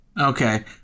Okay